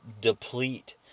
deplete